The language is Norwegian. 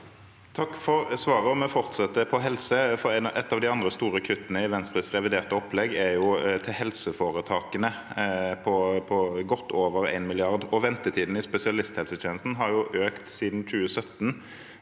Takk for svaret. Jeg fortsetter på helsefeltet, for et av de andre store kuttene i Venstres reviderte opplegg er til helseforetakene – godt over 1 mrd. kr. Ventetidene i spesialisthelsetjenesten har økt siden 2017,